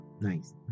nice